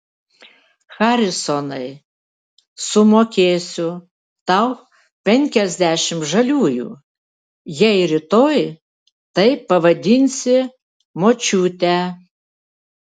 harisonai sumokėsiu tau penkiasdešimt žaliųjų jei rytoj taip pavadinsi močiutę